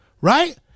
right